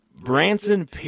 Branson